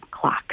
clock